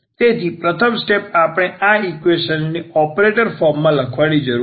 તેથી પ્રથમ સ્ટેપ તરીકે આપણે આ ઈક્વેશન ને ઓપરેટર ફોર્મમાં લખવાની જરૂર છે